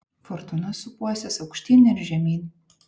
fortūna sūpuosis aukštyn ir žemyn